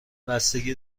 بستگی